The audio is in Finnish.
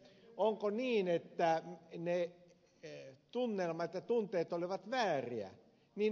onko niin että ne tunnelmat ja tunteet olivat vääriä